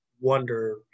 wonder